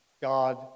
God